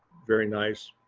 very nice.